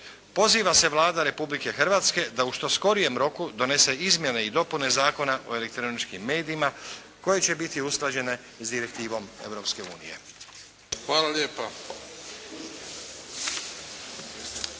poziva se Vlada Republike Hrvatske da u što skorijem roku donese izmjene i dopune Zakona o elektroničkim medijima koje će biti usklađene s direktivom Europske unije.